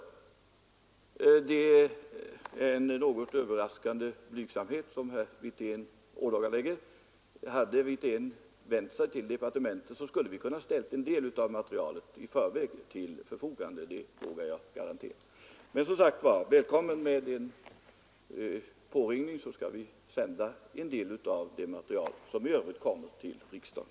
vid avveckling av Det är en något överraskande blygsamhet som herr Wirtén ådagalägger. CVV':s flygverkstad i Västerås Hade herr Wirtén vänt sig till departementet kunde vi ha ställt en del av materialet till förfogande i förväg — det vågar jag garantera. Men som sagt: Välkommen med en påringning, så skall vi sända en del av det material som i övrigt kommer till riksdagen.